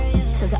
Cause